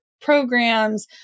programs